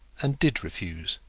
and did refuse.